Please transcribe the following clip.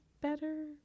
better